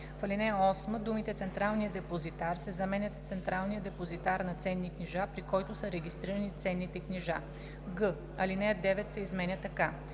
в ал. 8 думите „Централния депозитар“ се заменят с „централния депозитар на ценни книжа, при който са регистрирани ценните книжа“; г) алинея 9 се изменя така: